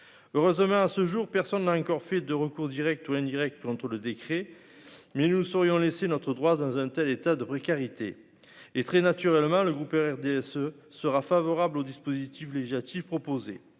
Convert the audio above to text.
heureusement, à ce jour, personne n'a encore fait de recours Direct ou contre le décret mais nous ne saurions laisser notre droit dans un tel état de rue karité et très naturellement le groupe RDSE sera favorable au dispositif législatif proposé,